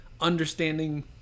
understanding